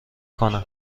کنم